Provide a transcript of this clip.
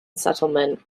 settlement